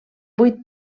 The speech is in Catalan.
vuit